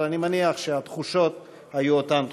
אבל אני מניח שהתחושות היו אותן תחושות.